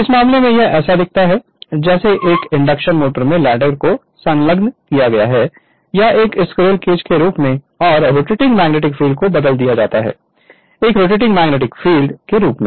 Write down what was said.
तो इस मामले में यह ऐसा दिखता है जैसे एक इंडक्शन मोटर में लैडर को संलग्न किया जाता है एक स्क्विरल केज के रूप में और रोटेटिंग मैग्नेट को बदल दिया जाता है एक रोटेटिंग मैग्नेटिक फील्ड के रूप में